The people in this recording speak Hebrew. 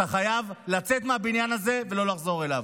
אתה חייב לצאת מהבניין הזה ולא לחזור אליו.